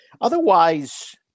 otherwise